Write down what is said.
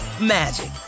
magic